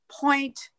point